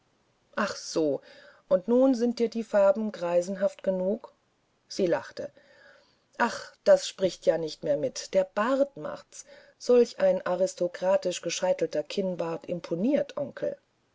ach so nun sind dir die farben greisenhaft genug sie lachte ach das spricht ja nicht mehr mit der bart macht's solch ein aristokratisch gescheitelter kinnbart imponiert onkel